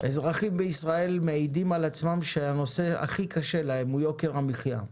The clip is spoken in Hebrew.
אזרחים בישראל מעידים על עצמם שהנושא הכי קשה להם הוא יוקר המחיה.